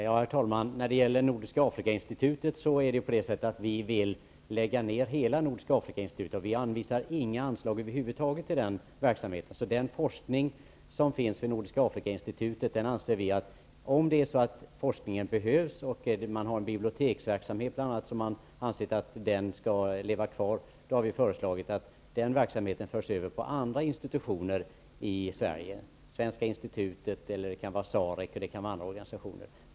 Herr talman! Vi vill faktiskt lägga ned hela Nordiska Afrikainstitutet. Vi anvisar över huvud taget inga anslag till den verksamheten. Om man anser att forskningen behövs -- det finns bl.a. en biblioteksverksamhet som man har ansett skall leva kvar -- föreslår vi att verksamheten förs över på andra institutioner i Sverige. Det kan gälla Svenska institutet, SAREC m.fl. organisationer.